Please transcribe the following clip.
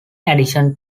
addition